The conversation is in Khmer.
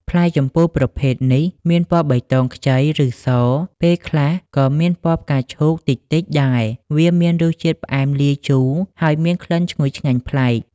ផ្លែជម្ពូប្រភេទនេះមានពណ៌បៃតងខ្ចី ឬ ស ពេលខ្លះក៏មានពណ៌ផ្កាឈូកតិចៗដែរ វាមានរសជាតិផ្អែមលាយជូរ ហើយមានក្លិនឈ្ងុយឆ្ងាញ់ប្លែក។